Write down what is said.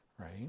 right